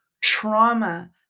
trauma